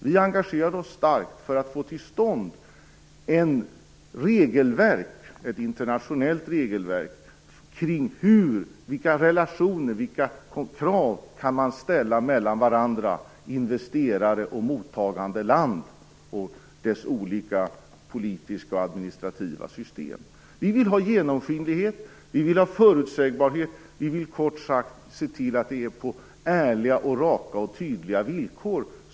Vi engagerade oss starkt för att få till stånd ett internationellt regelverk kring vilka krav investerare och mottagarland kan ställa på varandra, med tanke på ländernas olika politiska och administrativa system. Vi vill ha genomskinlighet. Vi vill ha förutsägbarhet. Vi vill kort sagt se till att investerare skall tävla med varandra på ärliga, raka och tydliga villkor.